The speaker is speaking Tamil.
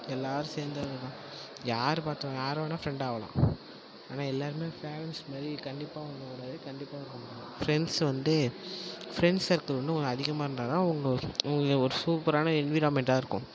எல்லாரும் சேர்ந்ததுதான் யார் பார்த்த யார் வேணாலும் ஃப்ரண்டாகலாம் ஆனால் எல்லாருமே பேரென்ட்ஸ் மாதிரி கண்டிப்பாக கண்டிப்பாக ஃப்ரண்ட்ஸ் வந்து ஃப்ரண்ட்ஸ் சர்க்கிள் இன்னும் அதிகமாக இருந்தால் தான் உங்கள் உங்களுக்கு சூப்பரான என்விரான்மெண்ட்டாக இருக்கும்